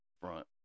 front